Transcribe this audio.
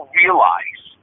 realize